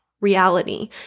reality